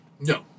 no